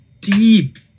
deep